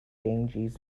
ganges